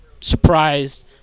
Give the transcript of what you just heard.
surprised